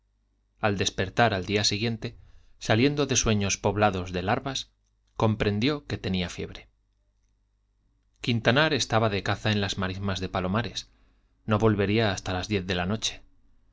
al despertar al día siguiente saliendo de sueños poblados de larvas comprendió que tenía fiebre quintanar estaba de caza en las marismas de palomares no volvería hasta las diez de la noche